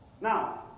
Now